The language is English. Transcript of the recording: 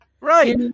Right